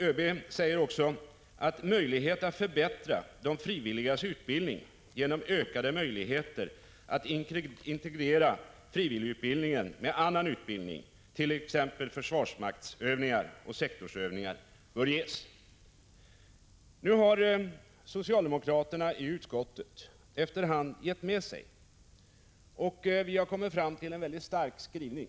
ÖB säger också att möjligheten att förbättra de frivilligas utbildning genom att i större utsträckning integrera frivilligutbildningen med annan utbildning, t.ex. försvarsmaktsövningar och sektorsövningar, bör ges. Socialdemokraterna i utskottet har efter hand gett med sig, och vi har kommit fram till en stark skrivning.